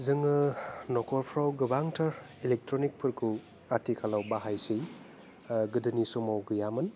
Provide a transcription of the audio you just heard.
जोङो न'खरफ्राव गोबांथार इलेकट्रनिकफोरखौ आथिखालाव बाहायसै गोदोनि समाव गैयामोन